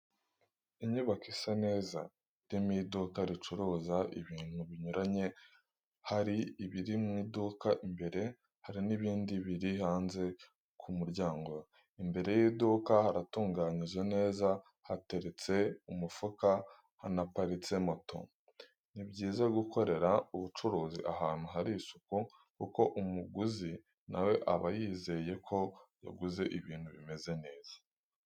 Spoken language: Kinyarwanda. Inyubako isa neza irimo iduka ricuruza ibintu binyuranye, hari ibiri mu iduka, imbere hari n'ibindi biri hanze ku muryango, imbere y'iduka haratunganyije neza, hateretse umufuka, hanaparitse moto. Ni byiza gukorera ubucuruzi ahantu hari isuku kuko umuguzi nawe aba yizeye ko yaguze ibintu bimeze neza.